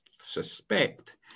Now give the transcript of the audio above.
suspect